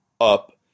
up